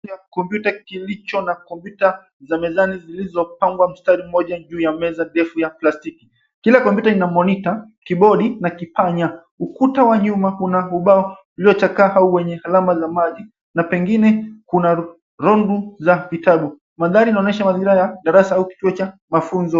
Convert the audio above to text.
...kompyuta kilicho na kompyuta za mezani zilizopangwa mstari mmoja juu ya meza defu ya plastiki. Kila kompyuta ina monitor, kibodi na kipanya. Ukuta wa nyuma una ubao uliochakaa au wenye alama za maji na pengine kuna rundo za vitabu. Madhari inaonyesha madhira ya darasa au kituo cha mafunzo.